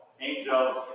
angels